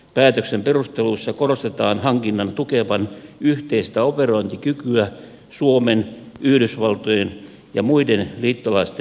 päätöksen perusteluissa korostetaan hankinnan tukevan yhteistä operointikykyä suomen yhdysvaltojen ja muiden liittolaisten välillä